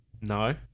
no